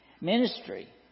Ministry